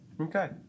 Okay